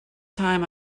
time